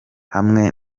hamwe